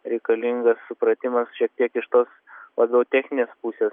reikalingas supratimas šiek tiek iš tos labiau techninės pusės